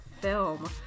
film